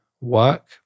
work